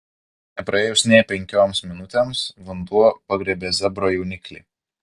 nepraėjus nė penkioms minutėms vanduo pagriebė zebro jauniklį